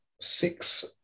Six